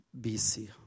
BC